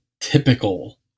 typical